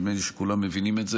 נדמה לי שכולם מבינים את זה,